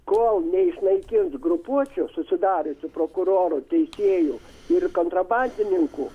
kol neišnaikins grupuočių susidariusių prokurorų teisėjų ir kontrabandininkų